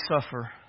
suffer